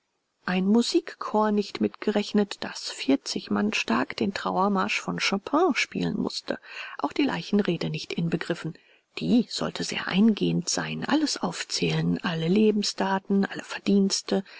ein musikchor nicht mitgerechnet das vierzig mann stark den trauermarsch von chopin spielen mußte auch die leichenrede nicht inbegriffen die sollte sehr eingehend sein alles aufzählen alle lebensdaten alle verdienste